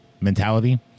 mentality